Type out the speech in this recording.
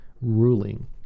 ruling